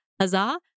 huzzah